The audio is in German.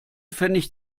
pfennig